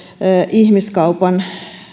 ihmiskaupan